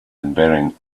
invariant